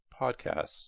podcasts